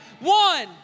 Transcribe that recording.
One